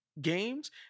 games